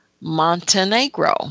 Montenegro